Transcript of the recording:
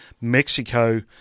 Mexico